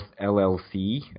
LLC